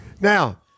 Now